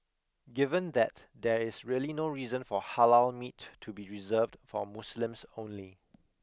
given that there is really no reason for Halal meat to be reserved for Muslims only